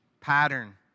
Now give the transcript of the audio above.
Pattern